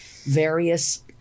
various